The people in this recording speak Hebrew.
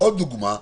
עוד דוגמה,